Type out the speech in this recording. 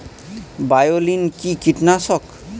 বায়োলিন কি কীটনাশক?